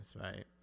right